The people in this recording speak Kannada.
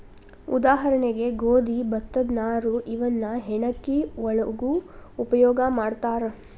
ಉದಾಹರಣೆಗೆ ಗೋದಿ ಭತ್ತದ ನಾರು ಇವನ್ನ ಹೆಣಕಿ ಒಳಗು ಉಪಯೋಗಾ ಮಾಡ್ತಾರ